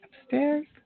upstairs